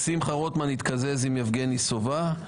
שמחה רוטמן התקזז עם יבגני סובה.